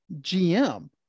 gm